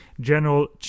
General